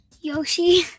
Yoshi